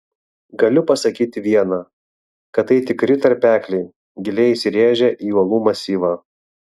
galiu pasakyti viena kad tai tikri tarpekliai giliai įsirėžę į uolų masyvą